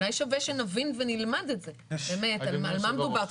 אולי שווה שנבין ונלמד את זה, באמת על מה מדובר.